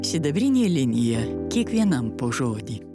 sidabrinė linija kiekvienam po žodį